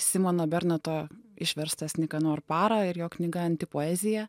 simono bernoto išverstas nikanor para ir jo knyga antipoezija